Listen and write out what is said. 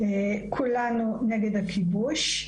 כולנו נגד הכיבוש,